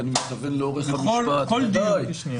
ועל כל אורך המשפט,